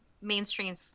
mainstream